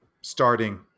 starting